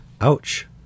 ouch